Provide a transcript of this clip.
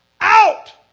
out